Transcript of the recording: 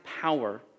power